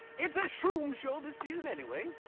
it's a shroom show this season anyway.